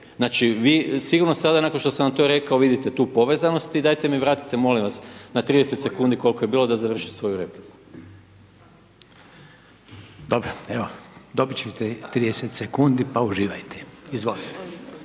Znači vi sigurno sada nakon što sam vam to rekao, vidite tu povezanost i dajte mi vratite, molim vas na 30 sekundi koliko je bilo da završim svoju repliku. **Reiner, Željko (HDZ)** Dobro, evo dobit ćete 30 sekundi pa uživajte. Izvolite.